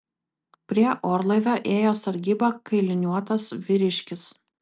prie orlaivio ėjo sargybą kailiniuotas vyriškis